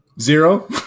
zero